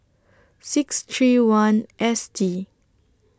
six three one S T